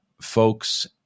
folks